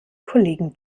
kollegen